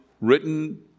written